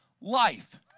life